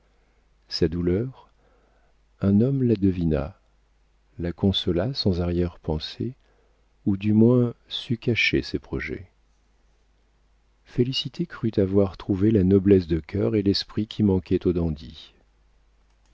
sa douleur un homme la devina la consola sans arrière-pensée ou du moins sut cacher ses projets félicité crut avoir trouvé la noblesse de cœur et l'esprit qui manquaient au dandy